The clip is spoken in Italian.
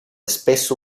spesso